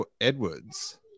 Edwards